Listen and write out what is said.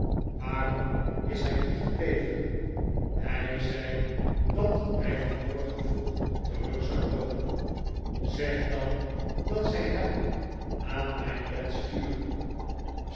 waarom is hij niet gebleven rf hij zei dat hij vanmorgen vroeg terug zou komen zeg dan dat zij hem aan mijn bed sturen